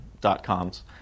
dot-coms